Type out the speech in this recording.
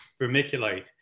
vermiculite